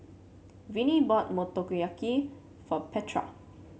Vennie bought Motoyaki for Petra